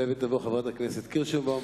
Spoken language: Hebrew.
תעלה ותבוא חברת הכנסת פניה קירשנבאום,